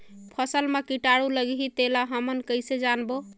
फसल मा कीटाणु लगही तेला हमन कइसे जानबो?